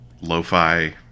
lo-fi